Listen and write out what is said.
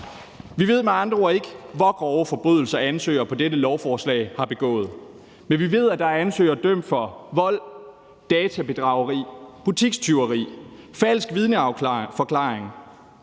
Vi ved med andre ord ikke, hvor grove forbrydelser ansøgere på dette lovforslag har begået, men vi ved, at der er ansøgere dømt for vold, databedrageri, butikstyveri, falsk vidneforklaring,